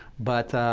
but